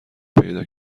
پیدا